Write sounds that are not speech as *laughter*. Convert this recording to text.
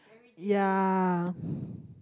yea *breath*